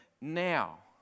now